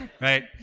right